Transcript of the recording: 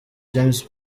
james